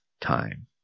time